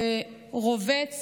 ורובץ